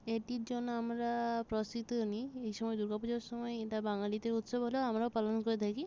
এটির জন্য আমরা প্রস্তুতিও নিই এই সময় দুর্গা পুজোর সময় এটা বাঙালিদের উৎসব হলেও আমরাও পালন করে থাকি